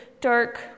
dark